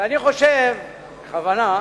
בכוונה,